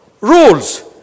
Rules